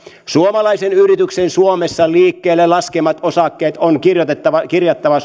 suomalaisen yrityksen suomessa liikkeelle laskemat osakkeet on kirjattava